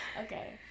okay